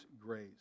grace